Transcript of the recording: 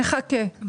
פנייה 262